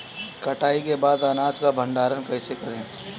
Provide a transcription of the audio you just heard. कटाई के बाद अनाज का भंडारण कईसे करीं?